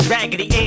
Raggedy